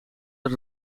dat